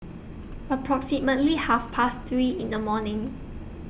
approximately Half Past three in The morning